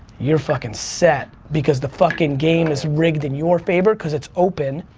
you're fucking set, because the fucking game is rigged in your favor cause it's open,